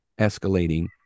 escalating